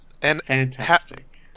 Fantastic